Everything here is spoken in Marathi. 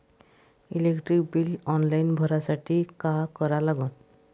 इलेक्ट्रिक बिल ऑनलाईन भरासाठी का करा लागन?